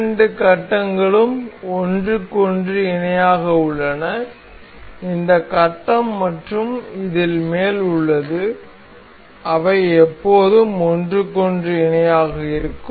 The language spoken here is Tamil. இரண்டு கட்டங்களும் ஒன்றுக்கொன்று இணையாக உள்ளன இந்த கட்டம் மற்றும் இதில் மேல் உள்ளது அவை எப்போதும் ஒன்றுக்கொன்று இணையாக இருக்கும்